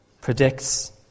predicts